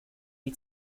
die